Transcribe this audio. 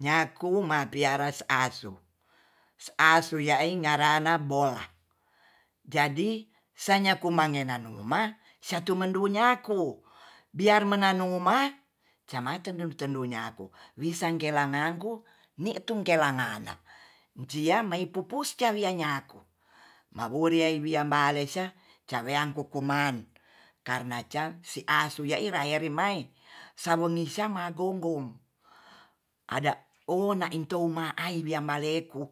Nyaku mapiaras asu yai ngarana bola jadi sanya kumangemanuma satu mandunia ku biar menanuma jamateng tendunyako wisang kelanganku ni tu kelangana ciamei pupus tiawi anyaku ma'urei wiyamba lesa ca weyang kukuman karna can si asu ya ira ye ri mai sawon nisa magounggom ada owo na entouma aiwian baleiku